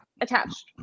attached